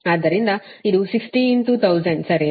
ಆದ್ದರಿಂದ ಇದು 60 1000 ಸರಿನಾ